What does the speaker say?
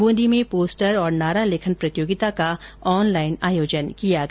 बूंदी में पोस्टर और नारा लेखन प्रतियोगिता का ऑनलाइन आयोजन किया गया